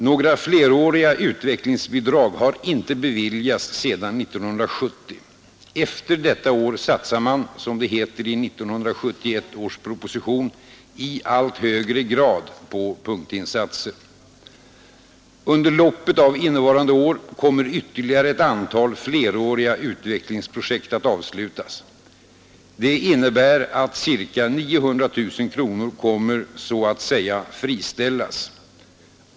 Några fleråriga utvecklingsbidrag har icke beviljats sedan 1970. Efter detta år satsar man, som det heter i 1971 års proposition, ”i allt högre grad” på punktinsatser. Under loppet av innevarande år kommer ytterligare ett antal fleråriga utvecklingsprojekt att avslutas. Det innebär att ca 900000 kronor kommer att så att säga friställas.